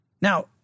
Now